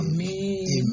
Amen